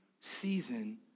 season